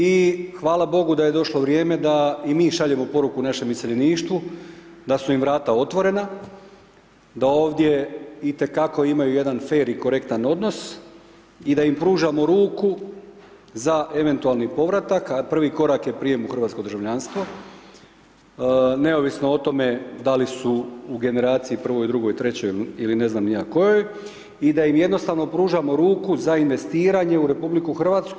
I hvala Bogu da je došlo vrijeme da i mi šaljemo poruku našem iseljeništvu da su im vrata otvorena, da ovdje itekako imaju jedan fer i korektan odnos i da im pružamo ruku za eventualni povratak a privi korak je prijem u hrvatsko državljanstvo neovisno o tome da li su u generaciji 1., 2., 3. ili ne znam ni ja kojoj i da im jednostavno pružamo ruku za investiranje u RH.